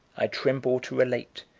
i tremble to relate,